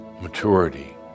maturity